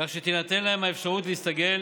כך שתינתן להם האפשרות להסתגל